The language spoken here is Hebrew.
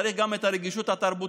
צריך גם את הרגישות התרבותית.